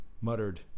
Muttered